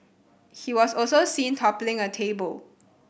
he was also seen toppling a table